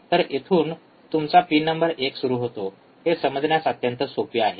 तर येथून तुमचा पिन नंबर १ सुरू होतो हे समजण्यास अत्यंत सोपे आहे